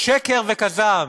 שקר וכזב,